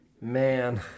man